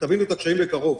תבינו את הקשיים מקרוב.